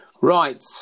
Right